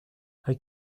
hay